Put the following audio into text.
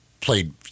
played